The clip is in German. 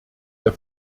der